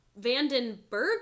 Vandenberg